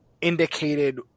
indicated